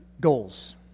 goals